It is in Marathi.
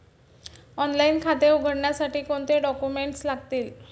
ऑनलाइन खाते उघडण्यासाठी कोणते डॉक्युमेंट्स लागतील?